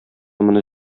моны